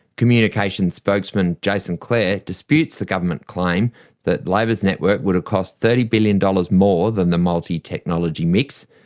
communications spokesman jason clare disputes the government claim that labor's network would have cost thirty billion dollars more than the multi-technology mix,